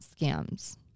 scams